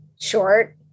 short